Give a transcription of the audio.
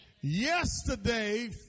Yesterday